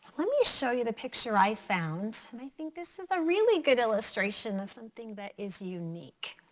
let me show you the picture i found and i think this is a really good illustration of something that is unique.